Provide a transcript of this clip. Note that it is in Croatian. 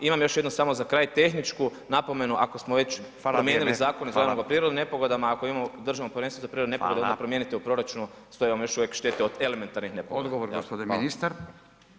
Imam još jednu samo za kraj tehničku napomenu, ako smo već promijenili [[Upadica: Hvala lijepo, hvala]] zakon o prirodnim nepogodama, ako imamo Državno povjerenstvo za prirodne nepogode, onda promijenite u proračunu, stoje vam još uvijek štete od elementarnih nepogoda.